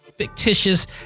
fictitious